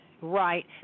Right